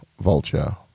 vulture